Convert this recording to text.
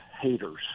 haters